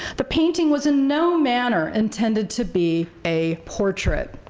the painting was in no manner intended to be a portrait.